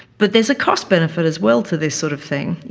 but there's a cost benefit as well to this sort of thing.